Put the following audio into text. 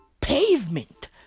pavement